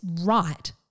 right